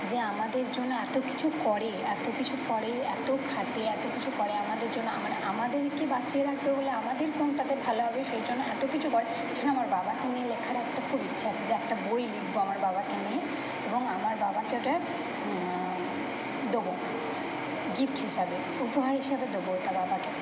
যে আমাদের জন্য এতো কিছু করে এতো কিছু করে এতো খাটে এতো কিছু করে আমাদের জন্য মানে আমাদেরকে বাঁচিয়ে রাখবে বলে আমাদের কোনটাতে ভালো হবে সেই জন্য এতো কিছু করে সেই জন্য আমার বাবাকে নিয়ে লেখার একটা খুব ইচ্ছা আছে যে একটা বই লিখবো আমার বাবাকে নিয়ে এবং আমার বাবাকে ওটা দোবো গিফট হিসাবে উপহার হিসাবে দেবো ওটা বাবাকে